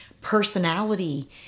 personality